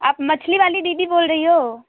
आप मछली वाली दीदी बोल रही हो